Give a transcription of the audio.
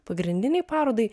pagrindinei parodai